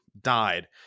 died